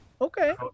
Okay